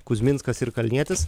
kuzminskas ir kalnietis